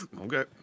Okay